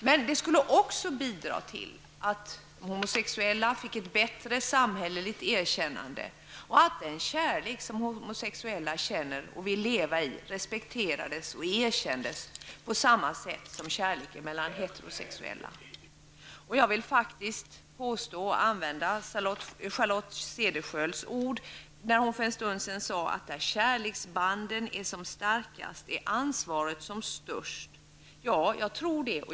Men det skulle också bidra till att homosexuella fick ett bättre samhälleligt erkännande och att den kärlek som homosexuella känner och vill leva i respekterades och erkänndes på samma sätt som kärleken mellan heterosexuella. Jag vill faktiskt använda Charlotte Cederschiölds ord när hon för en stund sedan sade att där kärleksbanden är som starkast är ansvaret som störst. Ja, jag tror det.